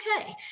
okay